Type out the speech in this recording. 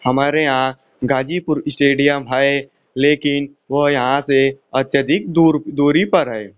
हमारे यहाँ गाजीपुर इस्टेडियम है लेकिन वो यहाँ से अत्यधिक दूर दूरी पर है